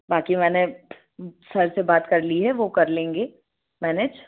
बाक़ी मैंने सर से बात कर ली है वो कर लेंगे मैनेज